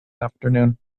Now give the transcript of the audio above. afternoon